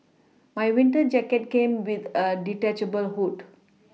my winter jacket came with a detachable hood